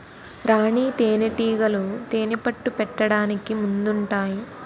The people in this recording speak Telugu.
రాణీ తేనేటీగలు తేనెపట్టు పెట్టడానికి ముందుంటాయి